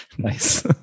Nice